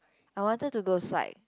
I wanted to go psych